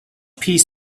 piece